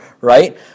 right